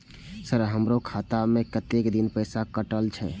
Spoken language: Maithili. सर हमारो खाता में कतेक दिन पैसा कटल छे?